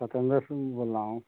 सतेंद्र सिंह बोल रहा हूँ